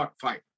fight